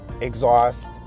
exhaust